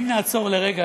אם נעצור לרגע,